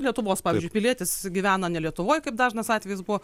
lietuvos pavyzdžiui pilietis gyvena ne lietuvoj kaip dažnas atvejis buvo